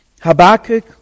Habakkuk